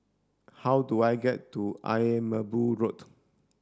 how do I get to Ayer Merbau Road